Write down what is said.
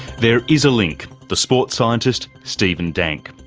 there is a link the sports scientist stephen dank.